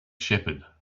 shepherd